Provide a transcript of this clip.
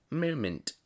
moment